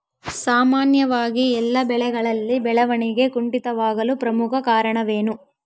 ಸಾಮಾನ್ಯವಾಗಿ ಎಲ್ಲ ಬೆಳೆಗಳಲ್ಲಿ ಬೆಳವಣಿಗೆ ಕುಂಠಿತವಾಗಲು ಪ್ರಮುಖ ಕಾರಣವೇನು?